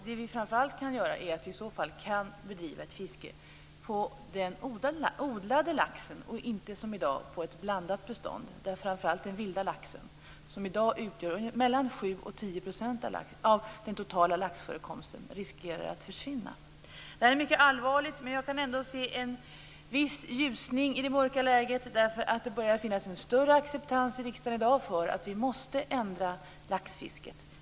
Det vi framför allt kan göra är att bedriva ett fiske på den odlade laxen, inte som i dag på ett blandat bestånd och framför allt på den vilda laxen, som i dag utgör 7-10 % av den totala laxförekomsten och som riskerar att försvinna. Det här är mycket allvarligt, men jag kan ändå se en viss ljusning i det mörka läget därför att det börjar finnas en större acceptans i riksdagen i dag för att vi måste ändra laxfisket.